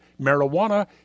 marijuana